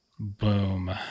Boom